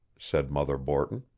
said mother borton.